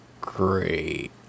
great